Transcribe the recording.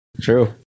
true